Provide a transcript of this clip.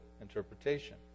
interpretation